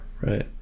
Right